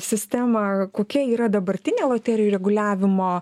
sistemą kokia yra dabartinė loterijų reguliavimo